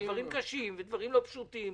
ודברים קשים ולא פשוטים,